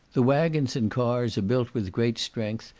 the waggons and cars are built with great strength,